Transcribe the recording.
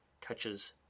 touches